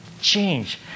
change